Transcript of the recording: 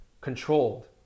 controlled